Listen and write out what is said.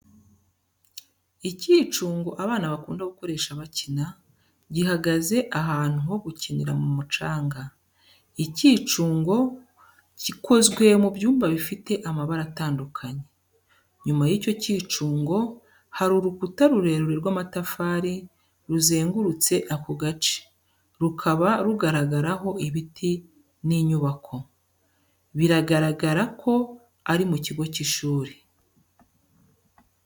Icyicungo abana bakunda gukoresha bakina, gihagaze ahantu ho gukinira mu mucanga. Icyicungo gikozwe mu byuma bifite amabara atandukanye. Nyuma y'icyo cyicungo, hari urukuta rurerure rw'amatafari ruzengurutse ako gace, rukaba rugaragaraho ibiti n'inyubako. Biragaragara ko ari mu kigo cy'ishuri.